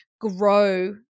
grow